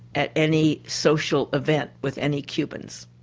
at any social event with any cubans.